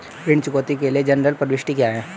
ऋण चुकौती के लिए जनरल प्रविष्टि क्या है?